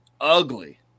ugly